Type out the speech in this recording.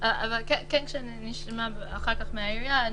אבל כן שנשמע אחר כך את העירייה,